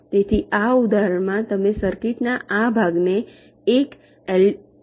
તેથીઆ ઉદાહરણમાં તમે સર્કિટના આ ભાગને એક એલ